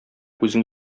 үзең